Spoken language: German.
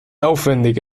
aufwendig